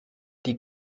die